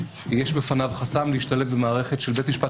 ישב פניו חסם להשתלב במערכת של בית משפט